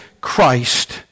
Christ